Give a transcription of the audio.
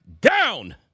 down